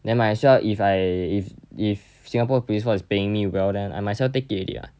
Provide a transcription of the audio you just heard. then might as well if I if if singapore police force is paying me well then I might as well take it already ah